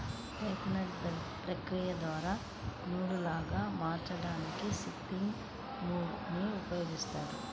textile ఫైబర్లను ప్రక్రియ ద్వారా నూలులాగా మార్చడానికి స్పిన్నింగ్ మ్యూల్ ని ఉపయోగిస్తారు